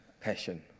Passion